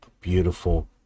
beautiful